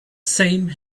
same